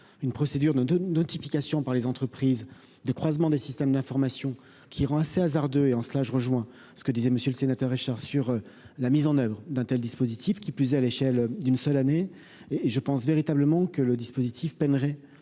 une procédure de notification par les entreprises de croisement des systèmes d'information qui rend assez hasardeux et en cela je rejoins ce que disait monsieur le sénateur Richard sur la mise en oeuvre d'un tel, dispositif qui plus est, à l'échelle d'une seule année et et je pense véritablement que le dispositif peinerait